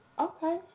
Okay